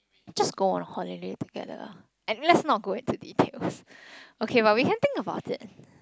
just go on a holiday together and a~ let's not go into details okay but we can think about it